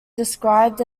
described